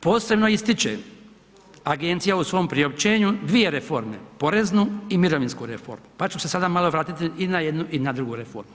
Posebno ističe agencija u svom priopćenju dvije reforme poreznu i mirovinsku reformu pa ću se sada malo vratiti i na jednu i na drugu reformu.